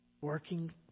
Working